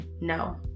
no